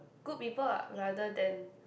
good people ah rather than